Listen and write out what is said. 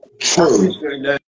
True